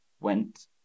went